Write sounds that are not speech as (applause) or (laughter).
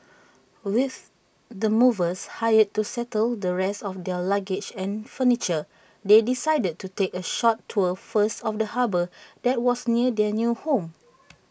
with the movers hired to settle the rest of their luggage and furniture they decided to take A short tour first of the harbour that was near their new home (noise)